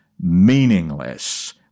meaningless